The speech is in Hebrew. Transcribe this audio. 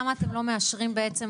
למה אתם לא מאשרים בעצם,